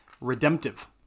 redemptive